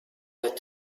had